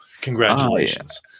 Congratulations